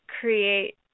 create